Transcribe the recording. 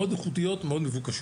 מאד איכותיות ומאד מבוקשות.